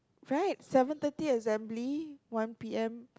right seven thirty assembly one P_M